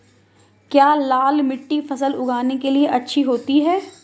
क्या लाल मिट्टी फसल उगाने के लिए अच्छी होती है?